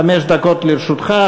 חמש דקות לרשותך.